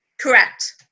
Correct